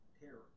terror